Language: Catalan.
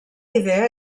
idea